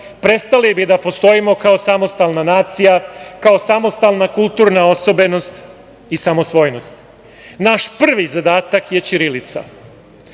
prestali bi da postojimo kao samostalna nacija, kao samostalna kulturna osobenost i samosvojnost. Naš prvi zadatak je ćirilica. Neki